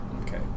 Okay